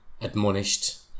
Admonished